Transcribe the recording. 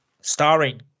starring